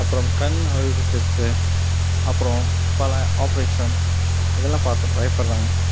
அப்புறோம் கண் அறுவை சிகிச்சை அப்புறோம் பல ஆப்பரேஷன்ஸ் இதுலாம் பார்த்து பயப்படறாங்க